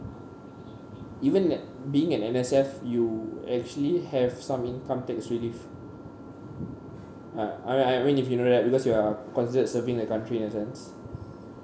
even like being an N_S_F you actually have some income tax relief uh I I mean if you know that because you are considered serving the country in a sense